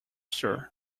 sir